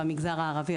במגזר הערבי,